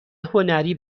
هنری